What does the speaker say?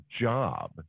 job